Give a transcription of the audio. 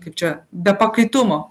kaip čia be pakaitumo